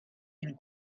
une